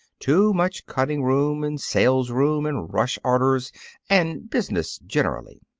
too much cutting room and sales-room and rush orders and business generally.